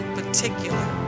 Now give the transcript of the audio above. particular